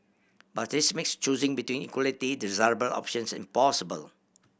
but this makes choosing between equally desirable options impossible